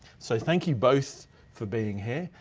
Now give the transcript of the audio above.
so thank you both for being here.